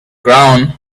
ground